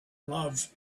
love